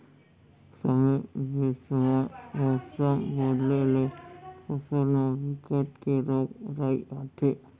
समे बेसमय मउसम बदले ले फसल म बिकट के रोग राई आथे